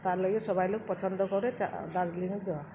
তারলেগে সবারি পছন্দ করে দার্জিলিং যাওয়া